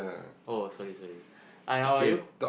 oh sorry sorry hi how are you